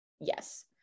yes